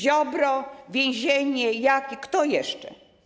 Ziobro, więzienie, Jaki, kto jeszcze?